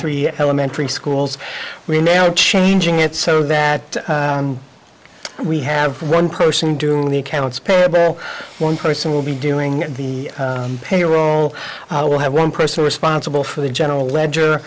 three elementary schools we're now changing it so that we have one person doing the accounts payable one person will be doing the payroll we'll have one person responsible for the general ledger